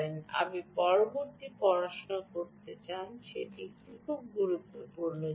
আপনি পরবর্তী পড়াশোনা করতে চান এটি গুরুত্বপূর্ণ জিনিস